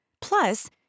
Plus